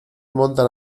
montan